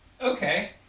Okay